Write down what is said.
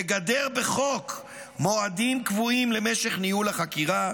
לגדר בחוק מועדים קבועים למשך ניהול החקירה,